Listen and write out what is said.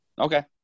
Okay